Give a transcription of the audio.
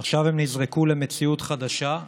ועכשיו הם נזרקו למציאות חדשה.